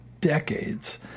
decades